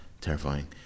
terrifying